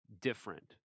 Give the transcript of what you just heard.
Different